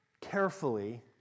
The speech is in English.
carefully